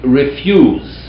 refuse